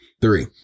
three